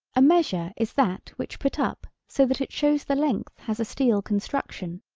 a measure is that which put up so that it shows the length has a steel construction.